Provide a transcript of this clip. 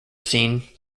seen